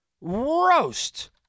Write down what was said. roast